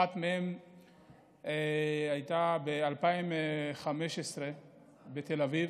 אחת מהן הייתה ב-2015 בתל אביב,